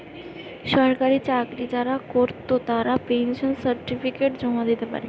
সরকারি চাকরি যারা কোরত তারা পেনশন সার্টিফিকেট জমা দিতে পারে